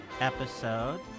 episode